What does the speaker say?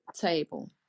table